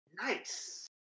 Nice